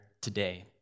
today